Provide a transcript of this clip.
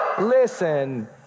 Listen